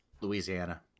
louisiana